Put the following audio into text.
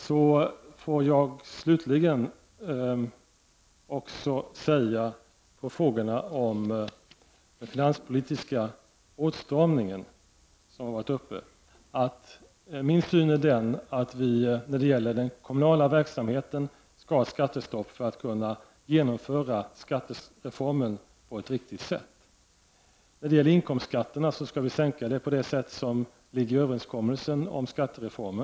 Sedan vill jag också säga med anledning av frågorna om den finanspolitiska åtstramningen att min syn är den att vi skall ha ett kommunalt skattestopp för att kunna genomföra skattereformen på ett riktigt sätt. Inkomstskatterna skall sänkas på det sätt som ligger i överenskommelsen om skattereformen.